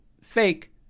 fake